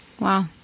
Wow